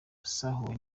yasahuwe